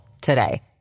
today